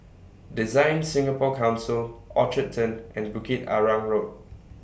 Design Singapore Council Orchard Turn and Bukit Arang Road